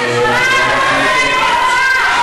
מאוד עניינית.